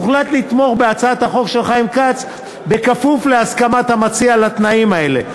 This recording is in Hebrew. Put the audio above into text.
הוחלט לתמוך בהצעת החוק של חיים כץ בכפוף להסכמת המציע לתנאים האלה.